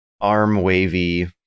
arm-wavy